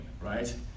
right